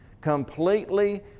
completely